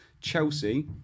Chelsea